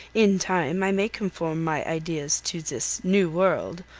in time i may conform my ideas to this new world,